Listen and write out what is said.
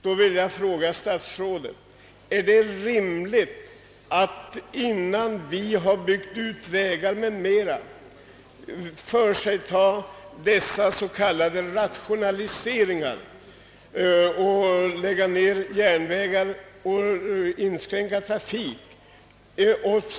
Då vill jag fråga statsrådet: Är det rimligt att, innan vi byggt ut vägar m.m., företa dessa s.k. rationaliseringar och lägga ned järnvägar eller inskränka trafiken där?